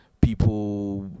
people